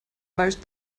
most